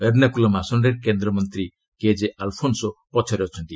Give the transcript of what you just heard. ଏର୍ଷାକୁଲମ୍ ଆସନରେ କେନ୍ଦ୍ରମନ୍ତୀ କେଜେ ଆଲଫୋନ୍ସେ ପଛରେ ଅଛନ୍ତି